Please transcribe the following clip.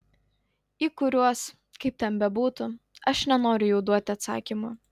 į kuriuos kaip ten bebūtų aš nenoriu jau duoti atsakymų